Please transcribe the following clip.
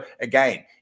again